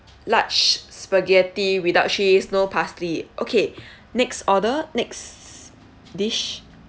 large spaghetti without cheese no parsley okay next order next dish